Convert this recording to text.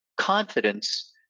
Confidence